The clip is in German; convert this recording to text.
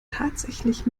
tatsächlich